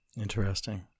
Interesting